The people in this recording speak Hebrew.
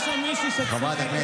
יש שם מישהי שצועקת.